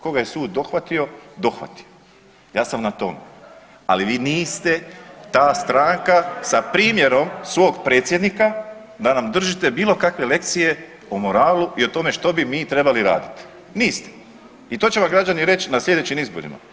Koga je sud dohvatio, dohvatio ja sam na to ali vi niste ta stranka sa primjerom svog predsjednika da nam držite bilo kakve lekcije o moralu i o tome što bi mi trebali raditi, niste i to će vam građani reći na sljedećim izborima.